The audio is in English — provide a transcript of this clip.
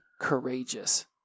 courageous